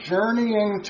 Journeying